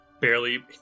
barely